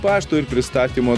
pašto ir pristatymo